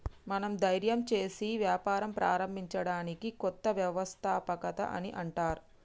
మనం ధైర్యం సేసి వ్యాపారం ప్రారంభించడాన్ని కొత్త వ్యవస్థాపకత అని అంటర్